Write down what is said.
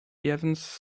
evans